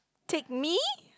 take me